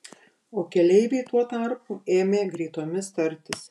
o keleiviai tuo tarpu ėmė greitomis tartis